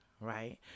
right